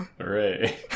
Hooray